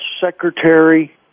Secretary